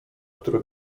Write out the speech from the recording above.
które